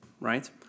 right